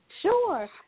Sure